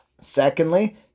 Secondly